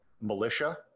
militia